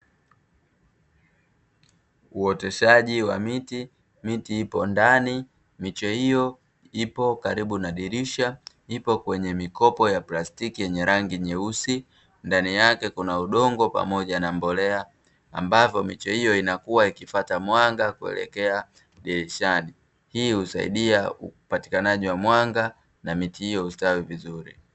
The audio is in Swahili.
Uoteshaji wa miti. Miti ipo ndani, miche hiyo ipo karibu na dirisha, ipo kwenye mikopo ya plastiki yenye rangi nyeusi, ndani yake kuna udongo pamoja na mbolea, ambavyo miche hiyo inakua ikifuata mwanga kuelekea dirishani. Hii husaidia upatikanaji wa mwanga na miti hiyo hustawi vizuri.